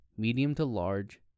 medium-to-large